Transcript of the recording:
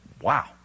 Wow